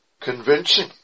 convincing